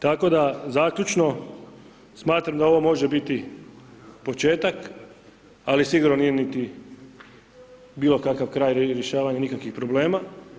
Tako da zaključno, smatram da ovo može biti početak, ali sigurno nije niti bilo kakav kraj rješavanju nekakvih problema.